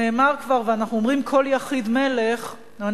נאמר כבר ואנחנו אומרים "כל יחיד מלך" אני